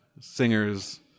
singer's